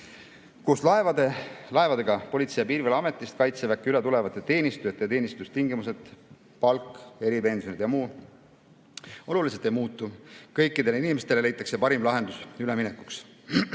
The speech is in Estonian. kus laevadega Politsei- ja Piirivalveametist Kaitseväkke üle tulevate teenistujate teenistustingimused, nagu palk, eripensionid ja muu, oluliselt ei muutu. Kõikidele inimestele leitakse parim lahendus üleminekuks. Ja